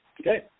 Okay